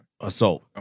assault